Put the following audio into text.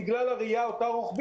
בגלל אותה ראייה רוחבית,